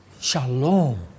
Shalom